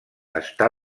està